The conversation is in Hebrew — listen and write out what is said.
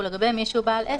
ולגבי מי שהוא בעל עסק,